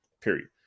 period